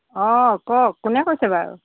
অঁ কওক কোনে কৈছে বাৰু